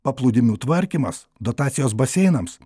paplūdimių tvarkymas dotacijos baseinams